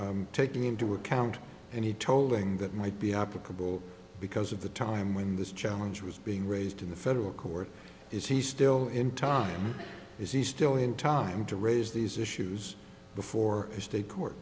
taking into account and he told ing that might be applicable because of the time when this challenge was being raised in the federal court is he still in time or is he still in time to raise these issues before a state court